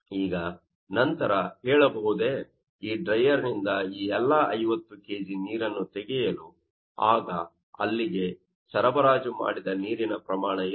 ಈಗ ನಂತರ ಹೇಳಬಹುದೇ ಈ ಡ್ರೈಯರ್ ನಿಂದ ಈ ಎಲ್ಲಾ 50 ಕೆಜಿ ನೀರನ್ನು ತೆಗೆಯಲು ಆಗ ಅಲ್ಲಿಗೆ ಸರಬರಾಜು ಮಾಡಿದ ನೀರಿನ ಪ್ರಮಾಣ ಎಷ್ಟು